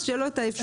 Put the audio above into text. שתהיה לו אפשרות.